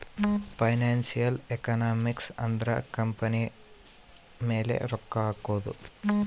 financial economics ಅಂದ್ರ company ಮೇಲೆ ರೊಕ್ಕ ಹಕೋದು